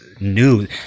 new